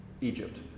Egypt